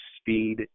speed